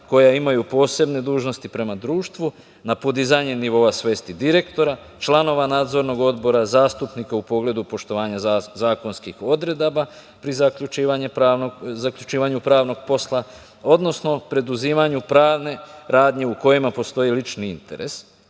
koja imaju posebne dužnosti prema društvu, na podizanje nivoa svesti direktora, članova Nadzornog odbora, zastupnika u pogledu poštovanja zakonskih odredaba pri zaključivanju pravnog posla, odnosno preduzimanju pravne radnje u kojima postoji lični interes,